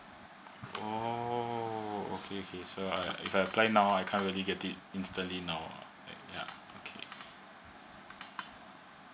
oh okay okay so uh if I apply now I can't really get it instantly now uh like ya okay